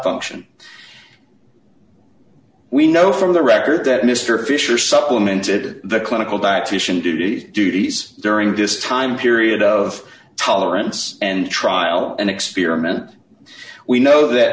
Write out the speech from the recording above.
function we know from the record that mr fisher supplemented the clinical that titian duty duties during this time period of tolerance and trial and experiment we know that